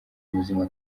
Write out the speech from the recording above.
muzima